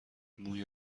موی